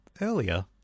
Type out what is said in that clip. earlier